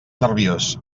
nerviós